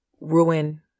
ruin